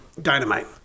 dynamite